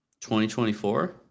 2024